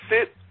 sit